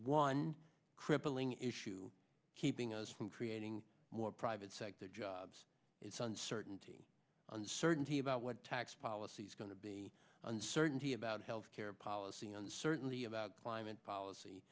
one crippling issue keeping us from creating more private sector jobs certainty uncertainty about what tax policy is going to be uncertainty about healthcare policy on certainty about climate policy